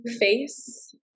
face